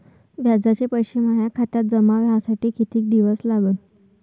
व्याजाचे पैसे माया खात्यात जमा व्हासाठी कितीक दिवस लागन?